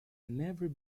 never